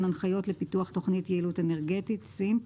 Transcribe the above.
הנחיות לפיתוח תוכנית יעילות אנרגית (SEEMP)